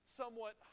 somewhat